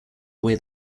away